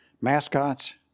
mascots